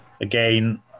Again